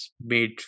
made